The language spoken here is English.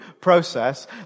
process